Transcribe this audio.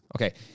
Okay